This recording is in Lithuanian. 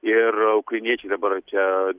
ir ukrainiečiai dabar čia